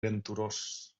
venturós